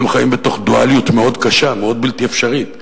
הם חיים בתוך דואליות מאוד קשה, מאוד בלתי אפשרית,